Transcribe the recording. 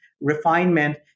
refinement